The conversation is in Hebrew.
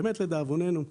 באמת לדאבוננו,